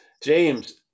James